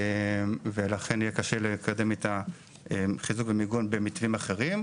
ולכן יהיה קשה לקדם את החיזוק והמיגון במתווים אחרים.